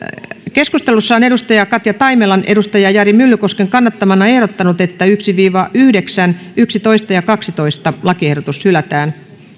keskustelussa katja taimela on jari myllykosken kannattamana ehdottanut että ensimmäinen viiva yhdeksäs sekä yhdestoista ja kaksitoista lakiehdotus hylätään